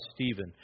Stephen